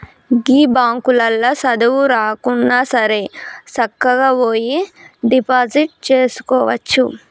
గీ బాంకులల్ల సదువు రాకున్నాసరే సక్కగవోయి డిపాజిట్ జేసుకోవచ్చు